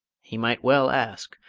he might well ask.